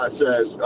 says